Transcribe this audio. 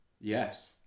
yes